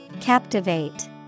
Captivate